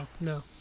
No